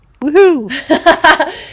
woohoo